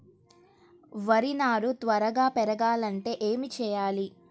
వరి నారు త్వరగా పెరగాలంటే ఏమి చెయ్యాలి?